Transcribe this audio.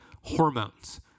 hormones